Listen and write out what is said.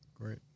Great